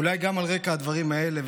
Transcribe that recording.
ואולי גם על רקע הדברים האלה,